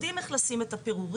אנחנו יודעים איך לשים את הפירורים,